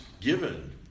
given